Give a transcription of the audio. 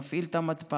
הוא מפעיל את המתפ"ש,